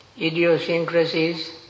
idiosyncrasies